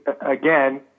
again